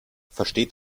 versteht